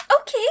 Okay